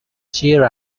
cheer